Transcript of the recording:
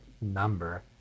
number